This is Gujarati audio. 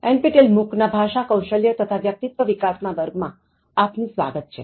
NPTEL MOOC ના ભાષા કૌશલ્ય તથા વ્યક્તિત્વ વિકાસ ના વર્ગમાં આપનું સ્વાગત છે